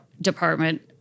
department